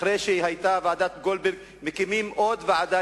אחרי שהיתה ועדת-גולדברג מקימים עוד ועדה,